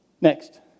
next